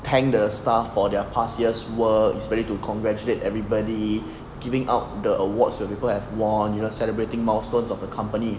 thank the staff for their past years work is really to congratulate everybody giving out the awards that people have won you celebrating milestones of the company